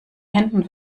händen